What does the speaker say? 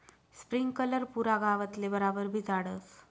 sprinkler पुरा गावतले बराबर भिजाडस